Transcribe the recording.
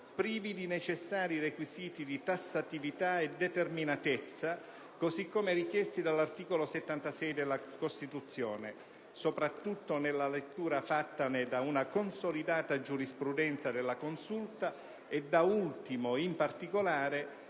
privi dei necessari requisiti di tassatività e determinatezza, così come richiesti dall'articolo 76 della Costituzione, soprattutto nella lettura fattane da una consolidata giurisprudenza della Consulta e da ultimo, in particolare,